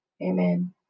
Amen